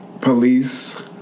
Police